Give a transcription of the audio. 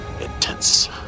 intense